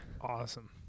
awesome